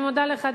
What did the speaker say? אני מודה לך,